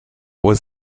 was